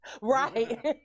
Right